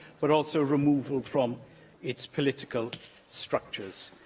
but also removal from its political structures.